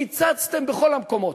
קיצצתם בכל המקומות,